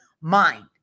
mind